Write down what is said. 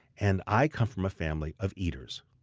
and i come from a family of eaters.